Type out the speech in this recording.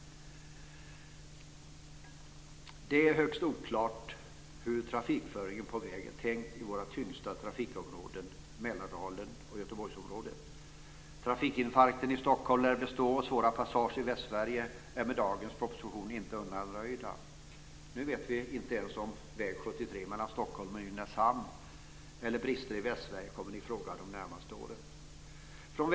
Det är högst oklart hur trafikföringen på väg är tänkt i våra tyngsta trafikområden - Mälardalen och Göteborgsområdet. Trafikinfarkten i Stockholm lär bestå, och svåra passager i Västsverige är med dagens proposition inte undanröjda. Nu vet vi inte ens om väg 73 mellan Stockholm och Nynäshamn eller andra brister på vägarna i Västsverige kommer i fråga de närmaste åren.